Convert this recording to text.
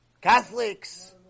Catholics